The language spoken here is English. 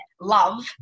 love